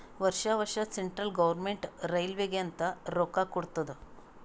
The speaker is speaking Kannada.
ವರ್ಷಾ ವರ್ಷಾ ಸೆಂಟ್ರಲ್ ಗೌರ್ಮೆಂಟ್ ರೈಲ್ವೇಗ ಅಂತ್ ರೊಕ್ಕಾ ಕೊಡ್ತಾದ್